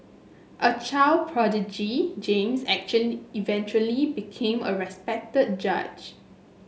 a child prodigy James eventually became a respected judge